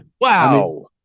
wow